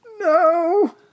No